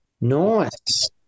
Nice